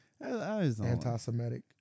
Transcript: Anti-Semitic